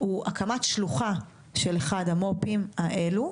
הן הקמת שלוחה של אחד המו"פים האלו,